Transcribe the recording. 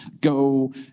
Go